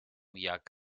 jak